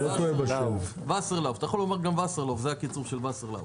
אתה יכול לומר גם וסרלוף, זה הקיצור של וסרלאוף.